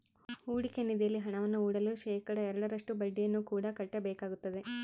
ಹೂಡಿಕೆ ನಿಧಿಯಲ್ಲಿ ಹಣವನ್ನು ಹೂಡಲು ಶೇಖಡಾ ಎರಡರಷ್ಟು ಬಡ್ಡಿಯನ್ನು ಕೂಡ ಕಟ್ಟಬೇಕಾಗುತ್ತದೆ